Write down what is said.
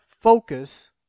focus